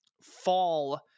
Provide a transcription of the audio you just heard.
fall